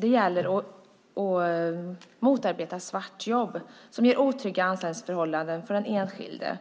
Det gäller att motarbeta svartjobb som ger otrygga anställningsförhållanden för den enskilde.